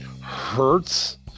hurts